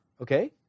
okay